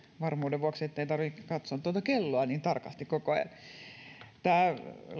varmuuden vuoksi tulin tänne puhujakorokkeelle ettei tarvitse katsoa tuota kelloa niin tarkasti koko ajan tämä